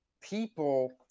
people